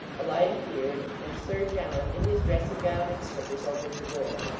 a light appeared, and sir john, in his dressing-gown and slippers, opened the door.